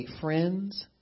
friends